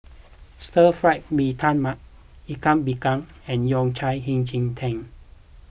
Stir Fry Mee Tai Mak Ikan Bakar and Yao Cai Hei Ji Tang